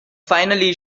finally